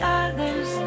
others